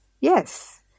Yes